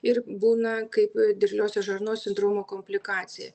ir būna kaip dirgliosios žarnos sindromo komplikacija